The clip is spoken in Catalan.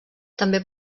també